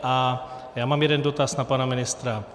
A já mám jeden dotaz na pana ministra.